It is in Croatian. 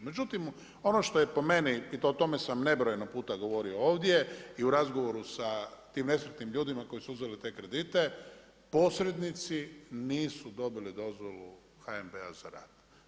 Međutim ono što je po meni i o tome sam nebrojeno puta govorio ovdje i u razgovoru sa tim nesretnim ljudima koji su uzeli te krediti, posrednici nisu dobili dozvolu HNB-a za rad.